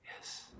Yes